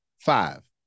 five